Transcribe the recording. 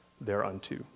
thereunto